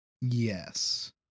Yes